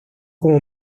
como